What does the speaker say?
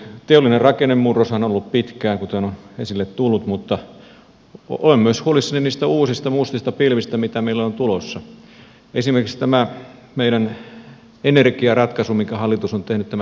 teollinen rakennemurroshan on ollut pitkään kuten on esille tullut mutta olen myös huolissani niistä uusista mustista pilvistä joita meillä on tulossa esimerkiksi tämä meidän energiaratkaisu minkä hallitus on tehnyt tämä hiilenmusta energiaratkaisu